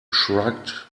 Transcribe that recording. shrugged